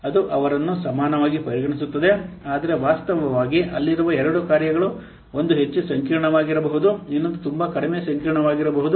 ಅದು ಅವರನ್ನು ಸಮಾನವಾಗಿ ಪರಿಗಣಿಸುತ್ತದೆ ಆದರೆ ವಾಸ್ತವವಾಗಿ ಅಲ್ಲಿರುವ ಎರಡು ಕಾರ್ಯಗಳು ಒಂದು ಹೆಚ್ಚು ಸಂಕೀರ್ಣವಾಗಿರಬಹುದು ಇನ್ನೊಂದು ತುಂಬಾ ಕಡಿಮೆ ಸಂಕೀರ್ಣವಾಗಿರಬಹುದು